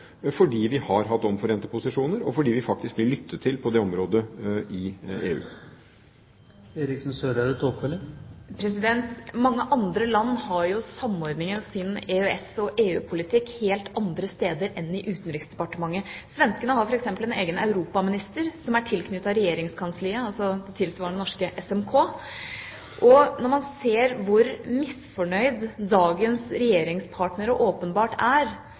fordi vi har hatt omforente posisjoner, og fordi vi faktisk blir lyttet til på det området i EU. Mange andre land har jo samordninga av sin EØS- og EU-politikk helt andre steder enn i utenriksdepartementet. Svenskene har f.eks. en egen europaminister, som er tilknyttet regjeringskanselliet, altså tilsvarende norske Statsministerens kontor, SMK. Når man ser hvor misfornøyd dagens regjeringspartnere åpenbart er